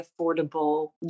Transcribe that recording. affordable